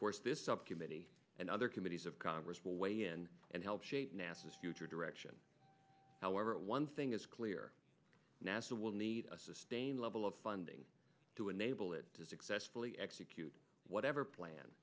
course this subcommittee and other committees of congress will weigh in and help shape nasa future direction however one thing is clear nasa will need a sustained level of funding to enable it to successfully execute whatever plan